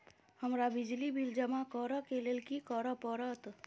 हमरा बिजली बिल जमा करऽ केँ लेल की करऽ पड़त?